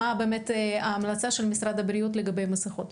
מה באמת ההמלצה של משרד הבריאות לגבי מסיכות?